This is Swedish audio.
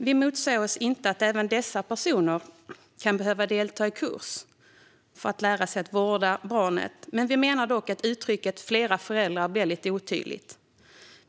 Vi motsäger oss inte att även dessa personer kan behöva delta i kurs för att lära sig vårda barnet, men vi menar att uttrycket "flera föräldrar" blir lite otydligt.